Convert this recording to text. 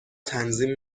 تنظیم